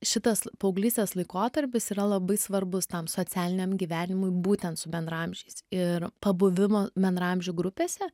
šitas paauglystės laikotarpis yra labai svarbus tam socialiniam gyvenimui būtent su bendraamžiais ir pabuvimo bendraamžių grupėse